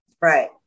Right